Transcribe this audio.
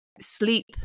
sleep